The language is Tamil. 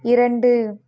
இரண்டு